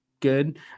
good